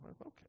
okay